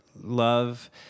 love